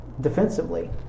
defensively